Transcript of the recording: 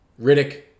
Riddick